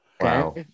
Wow